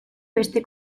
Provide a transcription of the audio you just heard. beste